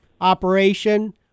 operation